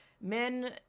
men